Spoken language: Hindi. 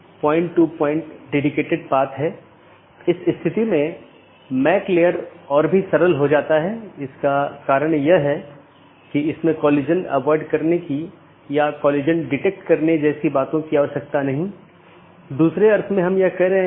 इसलिए पथ का वर्णन करने और उसका मूल्यांकन करने के लिए कई पथ विशेषताओं का उपयोग किया जाता है और राउटिंग कि जानकारी तथा पथ विशेषताएं साथियों के साथ आदान प्रदान करते हैं इसलिए जब कोई BGP राउटर किसी मार्ग की सलाह देता है तो वह मार्ग विशेषताओं को किसी सहकर्मी को विज्ञापन देने से पहले संशोधित करता है